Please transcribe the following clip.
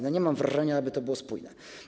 No nie mam wrażenia, aby to było spójne.